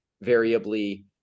variably